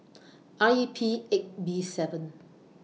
R E P eight B seven